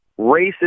racist